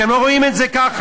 אתם לא רואים את זה ככה,